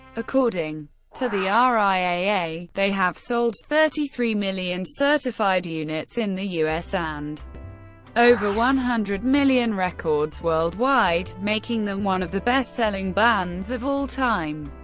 according to the ah riaa, they have sold thirty three million certified units in the us and over one hundred million records worldwide, making them one of the best-selling bands of all time.